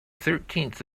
thirteenth